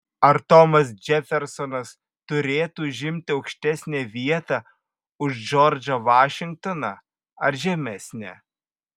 ar tomas džefersonas turėtų užimti aukštesnę vietą už džordžą vašingtoną ar žemesnę